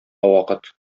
вакыт